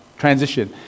Transition